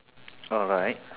alright